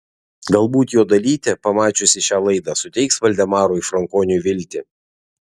galbūt jo dalytė pamačiusi šią laidą suteiks valdemarui frankoniui viltį